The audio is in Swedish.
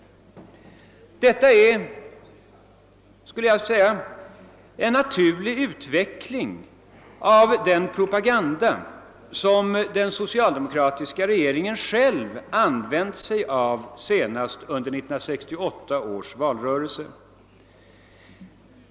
Detta torde vara en naturlig följd av den propaganda som den socialdemokratiska regeringen själv använt sig av senast under 1968 års valrörelse.